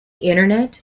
internet